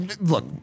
look